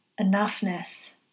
enoughness